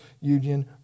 union